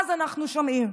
אז אנחנו שומעים.